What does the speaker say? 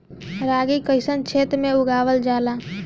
रागी कइसन क्षेत्र में उगावल जला?